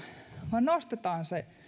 vaan nostetaan se